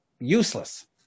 useless